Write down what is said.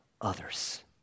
others